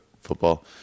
football